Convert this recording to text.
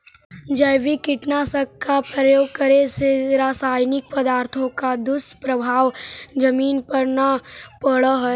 जैविक कीटनाशक का प्रयोग करे से रासायनिक पदार्थों का दुष्प्रभाव जमीन पर न पड़अ हई